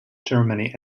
germany